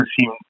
seem